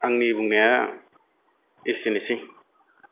आंनि बुंनाया एसेनोसै